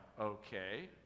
okay